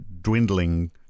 dwindling